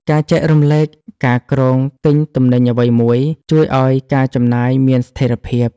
ការចែករំលែកការគ្រោងទិញទំនិញអ្វីមួយ ជួយឲ្យការចំណាយមានស្ថេរភាព។